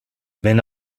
wenn